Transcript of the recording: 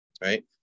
Right